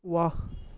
واہ